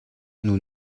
nous